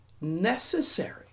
necessary